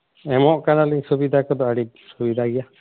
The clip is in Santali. ᱮᱢᱚᱜ ᱠᱟᱱᱟᱞᱤᱧ ᱥᱩᱵᱤᱫᱟ ᱠᱚᱫᱚ ᱟᱹᱰᱤ ᱥᱩᱵᱤᱫᱷᱟ ᱜᱮᱭᱟ